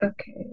Okay